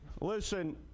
Listen